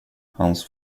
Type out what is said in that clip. hans